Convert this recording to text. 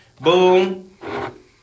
Boom